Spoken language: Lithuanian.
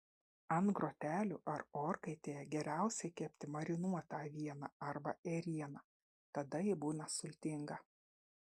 ant grotelių ar orkaitėje geriausiai kepti marinuotą avieną arba ėrieną tada ji būna sultinga